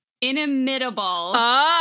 inimitable